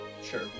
sure